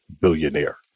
billionaire